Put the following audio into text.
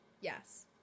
yes